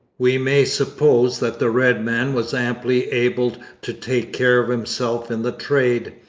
we may suppose that the red man was amply able to take care of himself in the trade,